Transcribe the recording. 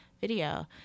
video